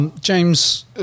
James